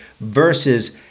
versus